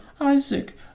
Isaac